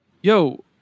Yo